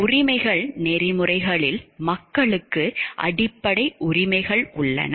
உரிமைகள் நெறிமுறைகளில் மக்களுக்கு அடிப்படை உரிமைகள் உள்ளன